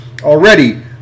already